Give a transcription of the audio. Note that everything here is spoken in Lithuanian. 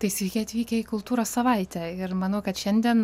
tai sveiki atvykę į kultūros savaitę ir manau kad šiandien